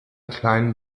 kleinen